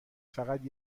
فقط